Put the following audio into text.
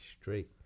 Straight